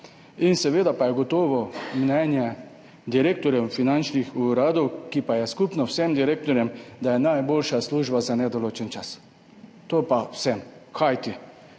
seveda mnenje direktorjev finančnih uradov, ki je skupno vsem direktorjem, da je najboljša služba za nedoločen čas. To pa vsem. Kajti,